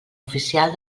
oficial